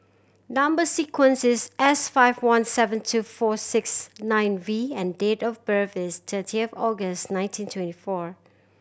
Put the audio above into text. number sequence is S five one seven two four six nine V and date of birth is thirty of August nineteen twenty four